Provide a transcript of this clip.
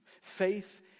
faith